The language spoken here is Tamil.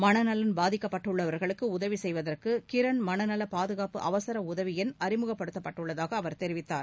மனநலன் பாதிக்கப்பட்டுள்ளவர்களுக்கு உதவிசெய்வதற்கு கிரன் மனநல பாதுகாப்பு அவசர உதவி எண் அறிமுகப்படுத்தப்பட்டுள்ளதாக அவர் தெரிவித்தார்